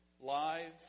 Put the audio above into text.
lives